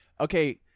Okay